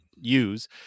use